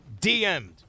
DM'd